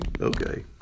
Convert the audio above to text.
Okay